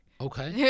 Okay